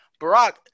Barack